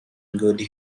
good